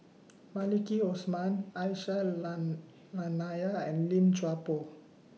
Maliki Osman Aisyah Lyana and Lim Chuan Poh